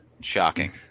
Shocking